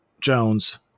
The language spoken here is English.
Jones